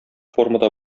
формада